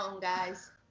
guys